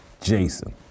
Jason